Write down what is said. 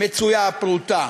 מצויה הפרוטה.